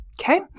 okay